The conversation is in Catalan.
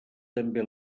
també